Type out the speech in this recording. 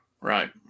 Right